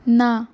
না